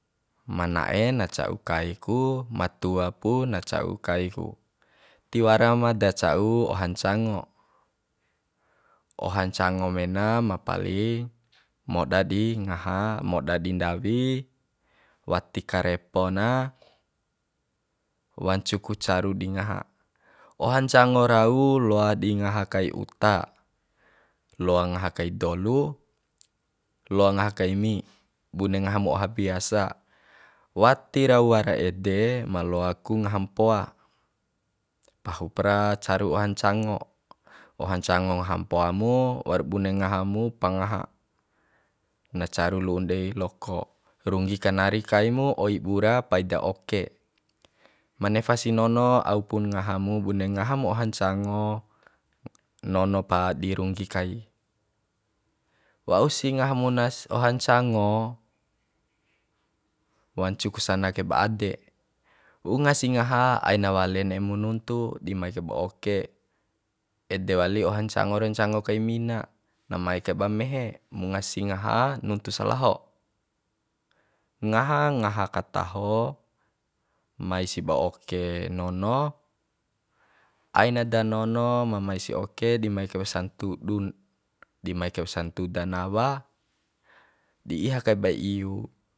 Ma na'e na ca'u kai ku ma tua pun na ca'u kai ku tiwara ma da ca'u oha ncango oha ncango mena ma paling moda di ngaha moda di ndawi wati karepo na wancu ku caru di ngaha oha ncango rau loa di ngaha kai uta loa ngaha kai dolu loa ngaha kai mi bune ngaha mu oha biasa wati rau wara ede ma loa ku ngaha mpoa pahupra caru oha ncango oha ncango ngaha mpoa mu waur bune ngaha mu pangaha na caru lu'un dei loko runggi kanari kai mu oi bura paida oke ma nefa si nono au pun ngaha mu bune ngaha mu oha ncango nono pa di runggi kai wausi ngaha mu nas oha ncango wancu ku sana kaiba ade wunga si ngaha aina wale ne'e mu nuntu di mai kaiba oke ede wali oha ncango ra ncango kai mina na mai kaba mehe unga si ngaha nuntu salaho ngaha ngaha kataho mai si ba oke nono aina da nono mamaisi oke di mai kaiba santudun di mai kaiba santuda nawa di iha kaiba iu